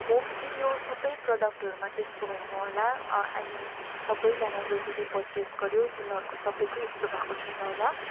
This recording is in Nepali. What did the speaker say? होप कि यो सबै प्रडक्टहरूमा त्यस्तो होइन होला आइ मिन सबैजना जजसले पर्चेस गऱ्यो तिनीहरूको सबैको यस्तो भएको छैन होला